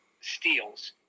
steals